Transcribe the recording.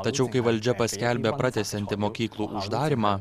tačiau kai valdžia paskelbė pratęsianti mokyklų uždarymą